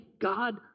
God